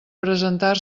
presentar